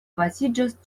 baziĝas